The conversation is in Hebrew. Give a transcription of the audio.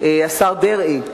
השר דרעי.